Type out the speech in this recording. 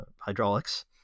hydraulics